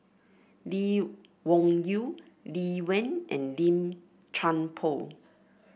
Lee Wung Yew Lee Wen and Lim Chuan Poh